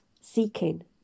seeking